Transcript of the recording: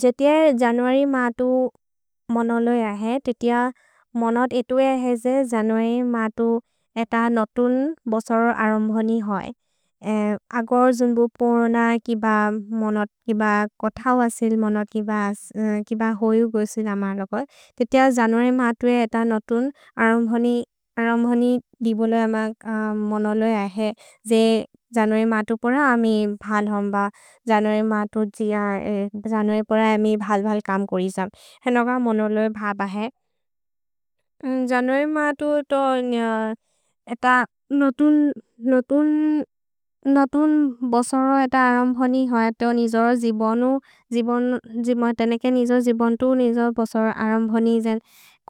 जे तिअ जनुअरि मतु मनलो अहे, ते तिअ मनत् एतो अहे जे जनुअरि मतु एत नतुन् बसर् अरम्भनि होय्। अगर् जुम्बु पोरोन किब मनत्, किब कोथौ असिल् मनत्, किब होयु गोसिल् अमर् लको, ते तिअ जनुअरि मतु एत नतुन् अरम्भनि, अरम्भनि दिबोलो अमक् मनलो अहे, जे जनुअरि मतु पोर अमि भल् हम्ब, जनुअरि मतु तिअ जनुअरि पोर अमि भल् भल् कम् कोरि जम्, हेनोक मनलो ए भब् अहे। जनुअरि मतु एतो एत नतुन्, नतुन्, नतुन् बसर् एत अरम्भनि होय्, एतो निजोर् जिबोनु, जिबोन्, तेनेके निजोर् जिबोन्तु, निजोर् बसर् अरम्भनि